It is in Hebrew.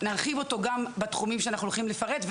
נרחיב אותו גם בתחומים שאנחנו הולכים לפרט,